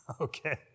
Okay